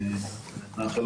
אז נאחל לו רפואה שלמה.